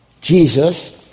Jesus